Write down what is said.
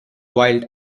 wild